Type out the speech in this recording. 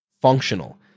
functional